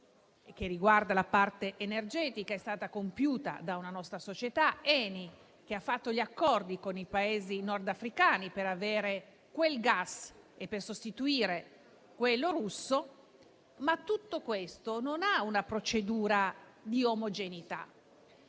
che riguarda la parte energetica, è stato realizzato da una nostra società, l'ENI, che ha fatto accordi con i Paesi nordafricani per avere il gas e sostituire quello russo, ma tutto questo non ha una base omogenea.